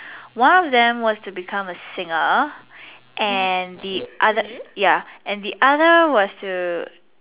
one of them was to become a singer and the other really ya and the other was to